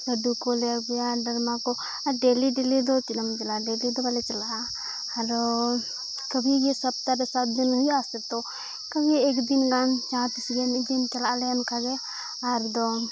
ᱞᱟᱹᱰᱩ ᱠᱚᱞᱮ ᱟᱹᱜᱩᱭᱟ ᱠᱚ ᱟᱨ ᱫᱚ ᱛᱤᱱᱟᱹᱜ ᱮᱢ ᱪᱟᱞᱟᱜᱼᱟ ᱫᱚ ᱵᱟᱞᱮ ᱪᱟᱞᱟᱜᱼᱟ ᱟᱨᱦᱚᱸ ᱠᱟᱵᱷᱤ ᱤᱭᱟᱹ ᱥᱟᱯᱛᱟᱦᱟ ᱨᱮ ᱥᱟᱛ ᱫᱤᱱ ᱦᱩᱭᱩᱜᱼᱟ ᱥᱮ ᱛᱚ ᱠᱟᱵᱷᱤ ᱮᱠᱫᱤᱱ ᱜᱟᱱ ᱡᱟᱦᱟᱸ ᱛᱤᱥᱜᱮ ᱢᱤᱫ ᱫᱤᱱ ᱪᱟᱞᱟᱜ ᱟᱞᱮ ᱚᱱᱠᱟ ᱜᱮ ᱟᱨ ᱫᱚ